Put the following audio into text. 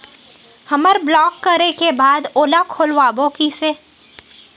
हमर ब्लॉक करे के बाद ओला खोलवाबो कइसे?